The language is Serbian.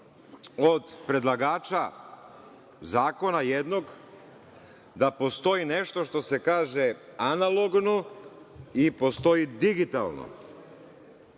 predlagača zakona da postoji nešto što se kaže analogno i postoji digitalno.